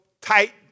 tight